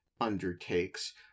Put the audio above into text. undertakes